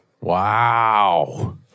Wow